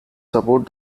support